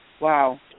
Wow